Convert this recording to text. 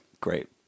great